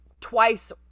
twice